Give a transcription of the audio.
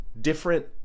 different